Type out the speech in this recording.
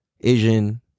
Asian